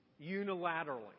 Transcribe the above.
unilaterally